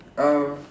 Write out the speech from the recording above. uh